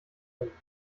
kämpfen